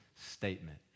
statement